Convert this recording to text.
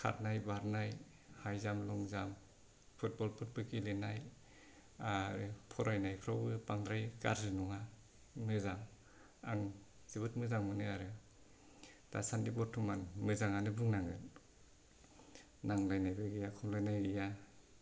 खारनाय बारनाय high jump long jump football फोरबो गेलेनाय आरो फरायनायफ्रावबो बांद्राय गाज्रि नङा मोजां आं जोबोद मोजां मोनो आरो दासान्दि बरथमान मोजाङानो बुंनांगोन नांलायनायबो गैया खमलायनाय गैया